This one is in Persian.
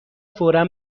فورا